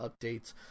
updates